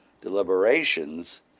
deliberations